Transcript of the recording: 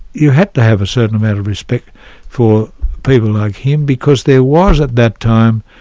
you had to have a certain amount of respect for people like him because there was at that time,